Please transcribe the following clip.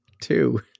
Two